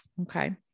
Okay